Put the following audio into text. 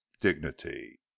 dignity